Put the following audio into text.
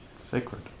Sacred